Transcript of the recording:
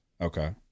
Okay